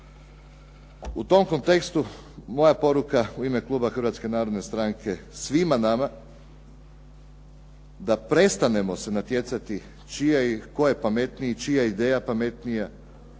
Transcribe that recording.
U tom kontekstu moja poruka u ime Kluba Hrvatske narodne stranke svima nama da prestanemo se natjecati čija i tko je pametniji, čija je ideja pametnija